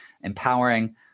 empowering